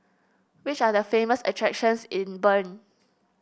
which are the famous attractions in Bern